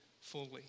fully